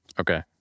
Okay